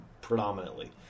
predominantly